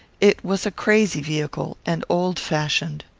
it was a crazy vehicle and old-fashioned.